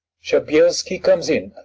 shabelski comes in.